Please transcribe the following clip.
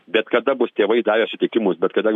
bet kada bus tėvai davė sutikimus bet kada